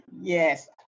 Yes